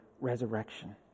resurrection